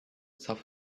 south